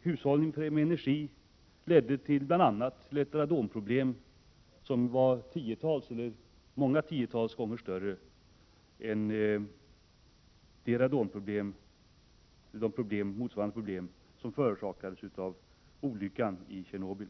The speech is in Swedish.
hushållning = TG Ga oo med energi ledde till bl.a. ett radonproblem, som orsakat mångfalt större strålningsdoser än olyckan i Tjernobyl.